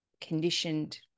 conditioned